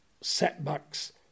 setbacks